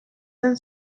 zen